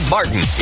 Martin